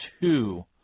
two